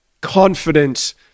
confidence